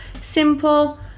simple